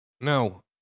no